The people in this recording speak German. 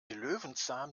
löwenzahn